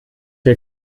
wir